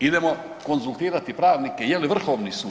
Idemo konzultirati pravnike je li Vrhovni sud?